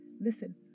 Listen